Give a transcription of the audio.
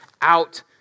out